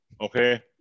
okay